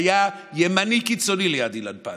הוא היה ימני קיצוני ליד אילן פז.